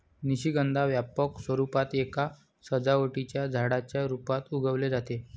निशिगंधा व्यापक स्वरूपात एका सजावटीच्या झाडाच्या रूपात उगवले जाते